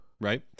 right